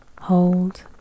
Hold